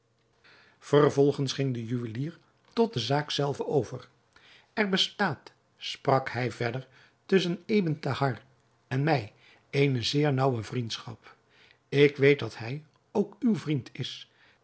vervolgens ging de juwelier tot de zaak zelve over er bestaat sprak hij verder tusschen ebn thahar en mij eene zeer naauwe vriendschap ik weet dat hij ook uw vriend is